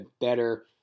better